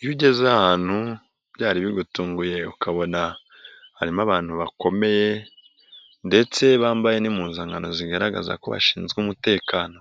Iyo ugeze ahantu byari bigutunguye ukabona harimo abantu bakomeye ndetse bambaye n'impunzankano zigaragaza ko bashinzwe umutekano